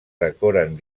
decoren